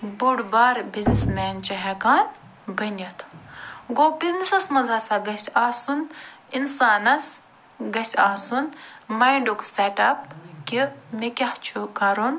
بوٚڑ بارٕ بِزنیٚسمین چھِ ہیٚکان بٔنِتھ گوٚو بِزنیٚسَس منٛز ہَسا گَژھہِ آسُن اِنسانس گَژھہِ آسُن ماینٛڈُک سیٚٹ اَپ کہِ مےٚ کیٛاہ چھُ کَرُن